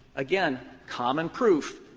again, common proof.